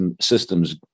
systems